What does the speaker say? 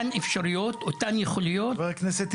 צריך להפעיל את אותן אפשרויות ויכולות כדי לנסות --- חבר הכנסת טיבי,